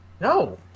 No